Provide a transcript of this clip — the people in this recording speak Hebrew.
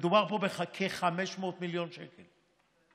מדובר פה בכ-500 מיליון שקל,